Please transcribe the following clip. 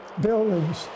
buildings